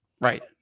Right